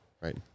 Right